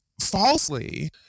falsely